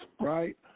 right